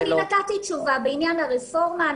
אני נתתי תשובה בעניין הרפורמה.